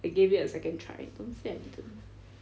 I gave it a second try don't say I didn't